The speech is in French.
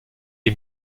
est